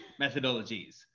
methodologies